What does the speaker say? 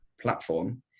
platform